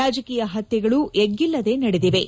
ರಾಜಕೀಯ ಹತ್ಯೆಗಳು ಎಗ್ಗಿಲ್ಲದೆ ನಡೆದಿವೆ